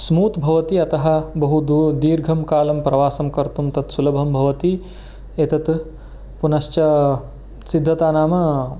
smooth भवति अतः बहु दू दीर्घं कालं प्रवासं कर्तुं तत् सुलभं भवति एतत् पुनश्च सिद्धता नाम